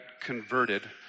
converted